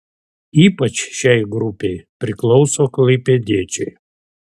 ypač šiai grupei priklauso klaipėdiečiai